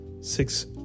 six